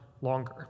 longer